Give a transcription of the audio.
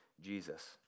Jesus